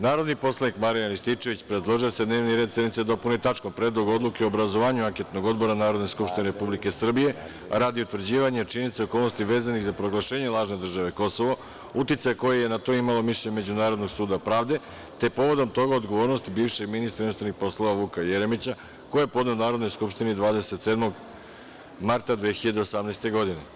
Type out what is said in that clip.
Narodni poslanik Marijan Rističević predložio je da se dnevni red sednice dopuni tačkom – Predlog odluke o obrazovanju anketnog odbora Narodne Skupštine Republike Srbije radi utvrđivanje činjenica i okolnosti vezanih za proglašenje lažne države Kosovo, uticaj koji je na to imalo mišljenje Međunarodnog suda pravde, te povodom toga odgovornosti bivšeg ministra inostranih poslova Vuka Jeremića, koji je podneo Narodnoj skupštini 27. marta 2018. godine.